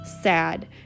sad